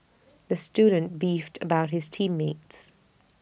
the student beefed about his team mates